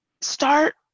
start